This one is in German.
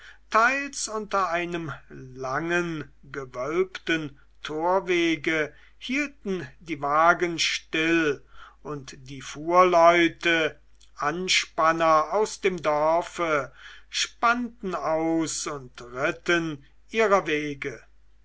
teils unter einem langen gewölbten torwege hielten die wagen still und die fuhrleute anspanner aus dem dorfe spannten aus und ritten ihrer wege